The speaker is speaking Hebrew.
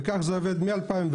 וכך זה עובד מ-2010.